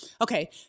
Okay